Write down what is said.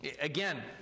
again